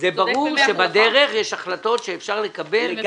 ברור שבדרך יש החלטות שאפשר לקבל.